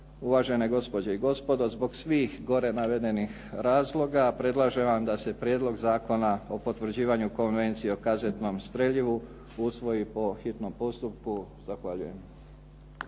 uvažene gospođe i gospodo, zbog svih gore navedenih razloga predlažem vam da se Prijedlog zakona o potvrđivanju Konvencije o kazetnom streljivu usvoji po hitnom postupku. Zahvaljujem.